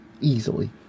Easily